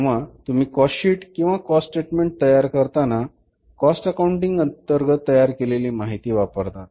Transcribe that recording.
तेव्हा तुम्ही cost sheet किंवा कॉस्ट स्टेटमेंट तयार करतात तेव्हा कॉस्ट अकाऊंटिंग अंतर्गत तयार केलेली माहिती वापरतात